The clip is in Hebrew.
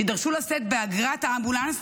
תידרשו לשאת באגרת האמבולנס,